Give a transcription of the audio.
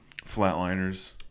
Flatliners